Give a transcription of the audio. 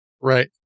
Right